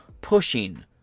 pushing